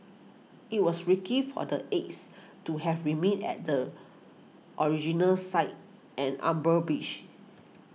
it was risky for the eggs to have remained at the original site an on burn beach